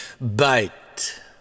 bite